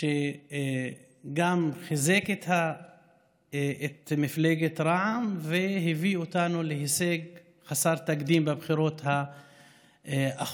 שגם חיזק את מפלגת רע"מ והביא אותנו להישג חסר תקדים בבחירות האחרונות.